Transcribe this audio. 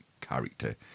character